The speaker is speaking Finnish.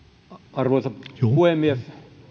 arvoisa puhemies